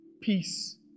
peace